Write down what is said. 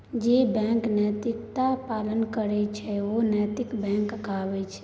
जे बैंक नैतिकताक पालन करैत छै ओ नैतिक बैंक कहाबैत छै